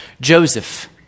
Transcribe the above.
Joseph